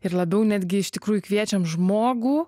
ir labiau netgi iš tikrųjų kviečiam žmogų